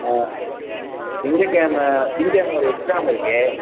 ஆ திங்கக்கிழம திங்கக்கிழம ஒரு எக்ஸாம் இருக்குது